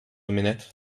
minute